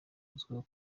azwiho